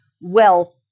wealth